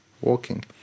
walking